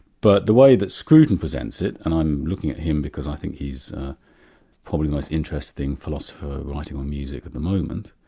but the way that scruton presents it and i'm looking at him because i think he's probably the most interesting philosopher writing on music at the moment.